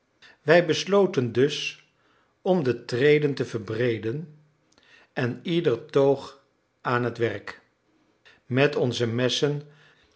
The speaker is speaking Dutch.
wij besloten dus om de treden te verbreeden en ieder toog aan het werk met onze messen